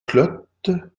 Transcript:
clotes